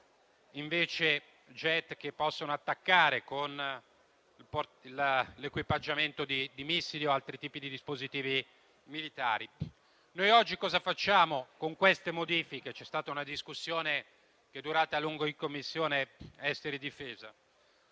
come *jet* che possono attaccare con l'equipaggiamento di missili o altri tipi di dispositivi militari. Oggi cosa facciamo con queste modifiche? La discussione è durata a lungo in Commissione esteri e difesa: